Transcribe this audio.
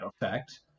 effect